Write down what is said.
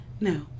no